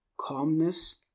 Calmness